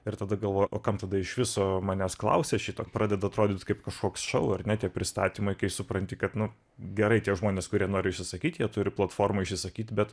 ir tada galvoju o kam tada iš viso manęs klausia šito pradeda atrodyt kaip kažkoks šou ar ne tie pristatymai kai supranti kad nu gerai tie žmonės kurie nori išsisakyt jie turi platformą įsakyt bet